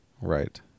Right